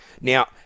Now